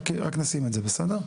רק נשים את זה על השולחן.